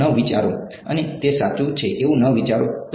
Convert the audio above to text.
એવું ન વિચારો અને તે સાચું છે એવું ન વિચારો